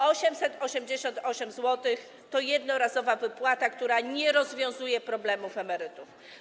888 zł to jednorazowa wypłata, która nie rozwiązuje problemów emerytów.